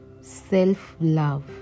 Self-love